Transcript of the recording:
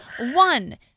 One